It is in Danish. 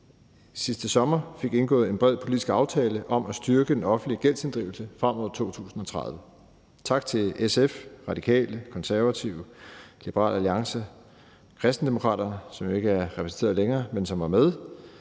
sidste sommer fik indgået en bred politisk aftale om at styrke den offentlige gældsinddrivelse frem mod 2030. Tak til SF, Radikale, Konservative, Liberal Alliance og Kristendemokraterne, som jo ikke er repræsenteret længere, men som var med,